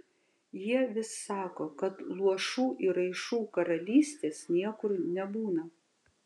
jie vis sako kad luošų ir raišų karalystės niekur nebūna